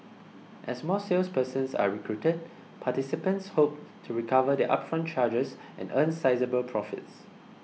as more salespersons are recruited participants hope to recover their upfront charges and earn sizeable profits